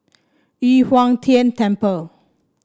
Yu Huang Tian Temple